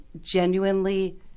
genuinely